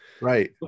right